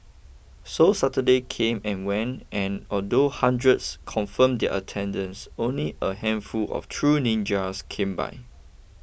so Saturday came and went and although hundreds confirmed their attendance only a handful of true ninjas came by